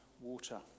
water